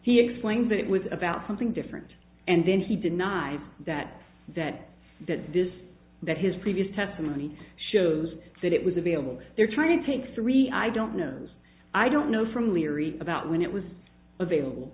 he explained that it was about something different and then he denied that that that this that his previous testimony shows that it was available they're trying to take three i don't know i don't know from leery about when it was